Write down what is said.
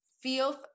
feel